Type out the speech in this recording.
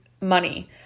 money